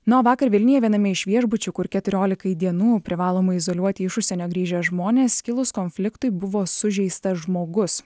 na o vakar vilniuje viename iš viešbučių kur keturiolikai dienų privalomai izoliuoti iš užsienio grįžę žmonės kilus konfliktui buvo sužeistas žmogus